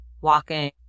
walking